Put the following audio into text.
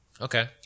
Okay